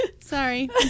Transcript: Sorry